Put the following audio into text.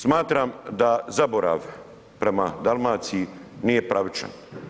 Smatram da zaborav prema Dalmaciji nije pravičan.